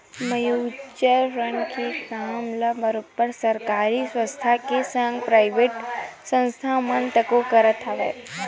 mutual fund के काम ल बरोबर सरकारी संस्था के संग पराइवेट संस्था मन तको करत हवय